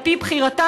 על פי בחירתם,